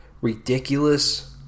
ridiculous